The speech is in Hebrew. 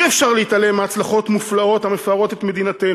אי-אפשר להתעלם מהצלחות מופלאות המפארות את מדינתנו.